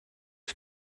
ich